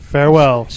Farewell